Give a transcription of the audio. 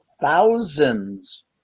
thousands